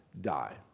die